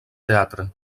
teatre